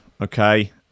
Okay